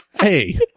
Hey